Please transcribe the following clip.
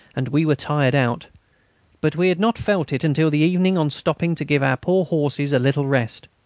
and we were tired out but we had not felt it until the evening on stopping to give our poor horses a little rest.